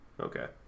Okay